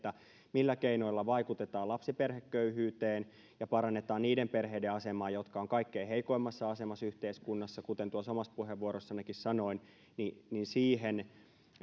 millä keinoilla vaikutetaan lapsiperheköyhyyteen ja parannetaan niiden perheiden asemaa jotka ovat kaikkein heikoimmassa asemassa yhteiskunnassa ja kuten tuossa omassa puheenvuoroissanikin sanoin niin niin siihen